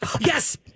Yes